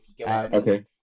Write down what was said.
Okay